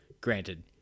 granted